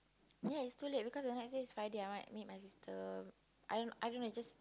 ya it's too late because the next day is Friday I want meet my sister I don't I don't know it's just